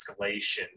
escalation